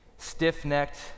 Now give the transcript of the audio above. stiff-necked